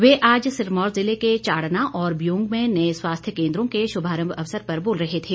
वे आज सिरमौर जिले के चाड़ना और बियोंग में नए स्वास्थ्य केन्द्रों के शुभारम्भ अवसर पर बोल रहे थे